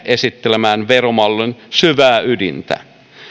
esittelemämme veromallin syvää ydintä